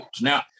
Now